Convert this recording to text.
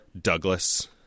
Douglas